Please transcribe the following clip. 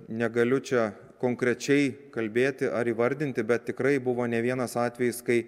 negaliu čia konkrečiai kalbėti ar įvardinti bet tikrai buvo ne vienas atvejis kai